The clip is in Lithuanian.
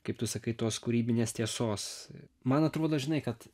kaip tu sakai tos kūrybinės tiesos man atrodo žinai kad